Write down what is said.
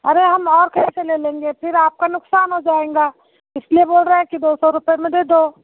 अरे हम और कहीं से ले लेंगे फिर आपका नुक्सान हो जाएगा इसलिए बोल रहे हैं कि दो सौ रुपये में दे दो